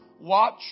watch